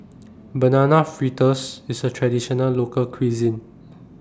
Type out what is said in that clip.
Banana Fritters IS A Traditional Local Cuisine